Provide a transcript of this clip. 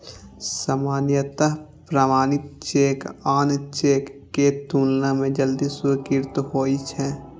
सामान्यतः प्रमाणित चेक आन चेक के तुलना मे जल्दी स्वीकृत होइ छै